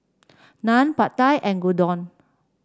Naan Pad Thai and Gyudon